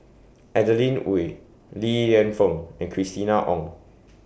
Adeline Ooi Li Lienfung and Christina Ong